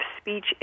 speech